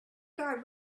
guard